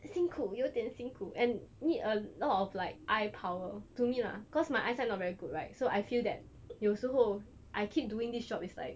辛苦有点辛苦 and need a lot of like eye power to me lah cause my eyesight not very good right so I feel that 有时候 I keep doing this job is like